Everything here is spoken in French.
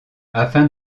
afin